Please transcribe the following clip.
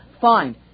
Fine